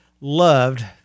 loved –